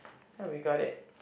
ya we got it